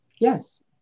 Yes